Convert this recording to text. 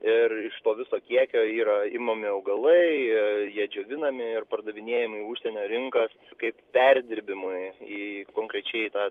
ir iš to viso kiekio yra imami augalai jie džiovinami ir pardavinėjami į užsienio rinkas kaip perdirbimui į konkrečiai tą